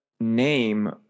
name